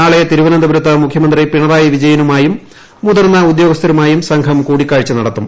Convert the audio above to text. നാളെ തിരുവനന്തപുരത്ത്ക് മുഖ്യമന്ത്രി പിണറായി വിജയനുമായും മുതിർന്ന ഉദ്യൂക്യസ്മരുമായും സംഘം കൂടിക്കാഴ്ച നടത്തും